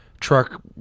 truck